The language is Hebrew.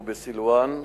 בסילואן,